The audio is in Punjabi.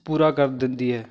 ਪੂਰਾ ਕਰ ਦਿੰਦੀ ਹੈ